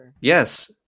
Yes